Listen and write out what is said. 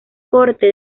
corte